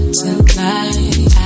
tonight